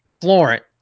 Florent